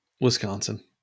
Wisconsin